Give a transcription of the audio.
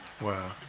wow